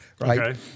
right